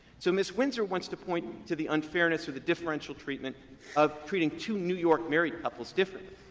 so ms. windsor wants to point to the unfairness of the differential treatment of treating two new york married couples differently,